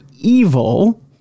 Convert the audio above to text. evil